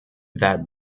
that